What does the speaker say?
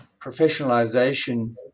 professionalization